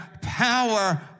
power